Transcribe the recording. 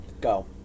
Go